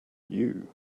you